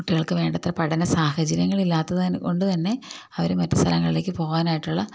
കുട്ടികൾക്ക് വേണ്ടത്ര പഠന സാഹചര്യങ്ങളില്ലാത്തത് കൊണ്ടുതന്നെ അവര് മറ്റ് സ്ഥലങ്ങളിലേക്ക് പോകാനായിട്ടുള്ള